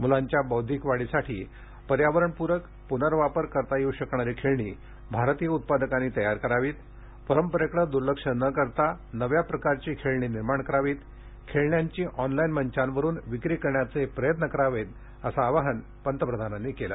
मुलांच्या बौद्धिक वाढीसाठी पर्यावरणपूरक पुनर्वापर करता येऊ शकणारी खेळणी भारतीय उत्पादकांनी तयार करावीत परंपरेकडे दूर्लक्ष न करता नव्या प्रकारची खेळणी निर्माण करावीत खेळण्यांची ऑनलाइन मंचांवरून विक्री करण्याचे प्रयत्न करावेत असं आवाहन पंतप्रधानांनी केलं